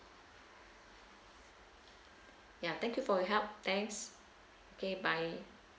ya thank you for your help thanks okay bye